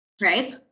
right